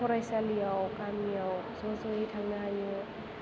फरायसालियाव गामियाव ज' ज'यै थांनो हायो